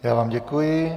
Já vám děkuji.